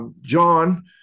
John